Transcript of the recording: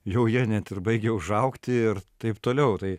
jau jie net ir baigė užaugti ir taip toliau tai